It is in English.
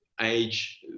age